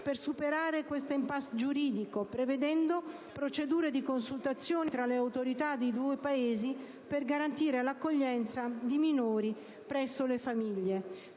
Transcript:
per superare questa *impasse* giuridica, prevedendo procedure di consultazione tra le autorità di due Paesi per garantire l'accoglienza di minori presso le famiglie.